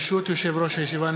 ברשות יושב-ראש הישיבה,